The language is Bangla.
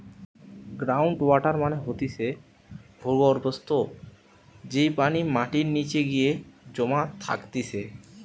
গ্রাউন্ড ওয়াটার মানে হতিছে ভূর্গভস্ত, যেই পানি মাটির নিচে গিয়ে জমা থাকতিছে